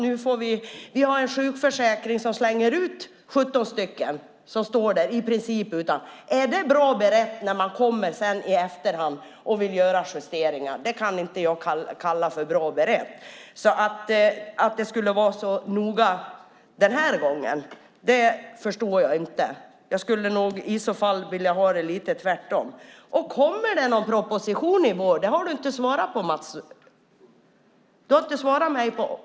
Nu har vi en sjukförsäkring som slänger ut 17 som står i princip utan. Är det bra berett när man sedan i efterhand kommer och vill göra justeringar? Det kan jag inte kalla det. Jag förstår inte varför det skulle vara så noga den här gången. Jag skulle i så fall vilja ha det lite tvärtom. Kommer det någon proposition i vår? Det har du inte svarat på, Mats.